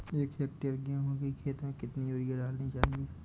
एक हेक्टेयर गेहूँ की खेत में कितनी यूरिया डालनी चाहिए?